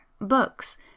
books